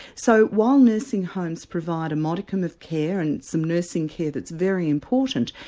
so while nursing homes provide a modicum of care and some nursing care that's very important,